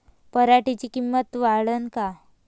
पराटीची किंमत वाढन का?